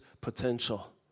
potential